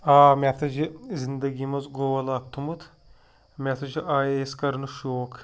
آ مےٚ ہسا چھِ زندگی منٛز گول اکھ تھوٚمُت مےٚ ہسا چھُ آی اے اٮ۪س کرنہٕ شوق